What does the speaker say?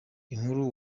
inkuru